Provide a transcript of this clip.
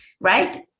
right